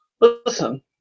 Listen